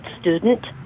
student